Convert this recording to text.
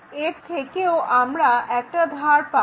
এর থেকেও আমরা একটা ধার পাব